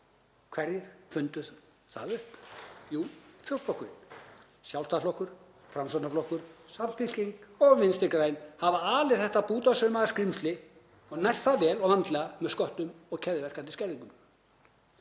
Hverjir fundu það upp? Jú, fjórflokkurinn. Sjálfstæðisflokkur, Framsóknarflokkur, Samfylking og Vinstri græn hafa alið þetta bútasaumaða skrímsli og nært það vel og vandlega með sköttum og keðjuverkandi skerðingum.